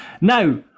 Now